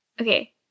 Okay